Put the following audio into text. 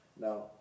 Now